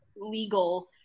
legal